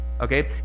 okay